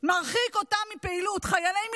כי אתם תתחלחלו לשמוע שהיום חיילינו